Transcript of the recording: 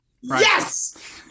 yes